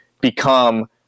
become